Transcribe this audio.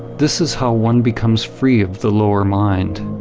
this is how one becomes free of the lower mind.